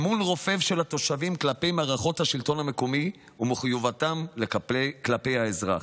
אמון רופף של התושבים כלפי מערכות השלטון המקומי ומחויבותן כלפי האזרח,